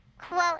quote